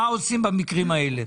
מה עושים במקרים האלה.